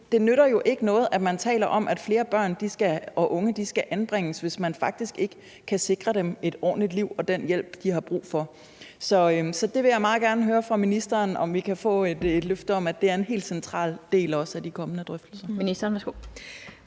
det nytter jo ikke noget, at man taler om, at flere børn og unge skal anbringes, hvis man faktisk ikke kan sikre dem et ordentligt liv og den hjælp, de har brug for. Så jeg vil meget gerne høre fra ministeren, om vi kan få et løfte om, at det er en helt central del af de kommende drøftelser.